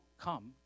come